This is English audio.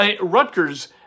Rutgers